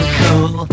cool